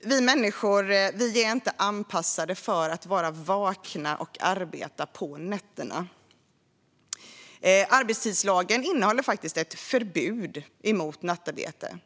Vi människor är inte anpassade för att vara vakna och arbeta på nätterna, och arbetstidslagen innehåller faktiskt ett förbud mot nattarbete.